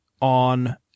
on